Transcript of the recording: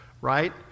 right